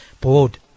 board